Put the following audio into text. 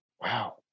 Wow